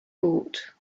bought